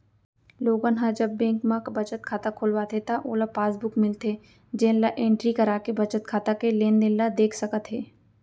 लोगन ह जब बेंक म बचत खाता खोलवाथे त ओला पासबुक मिलथे जेन ल एंटरी कराके बचत खाता के लेनदेन ल देख सकत हे